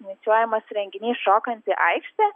inicijuojamas renginys šokanti aikštė